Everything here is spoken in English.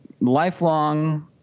lifelong